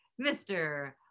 Mr